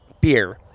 beer